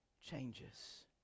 changes